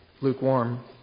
lukewarm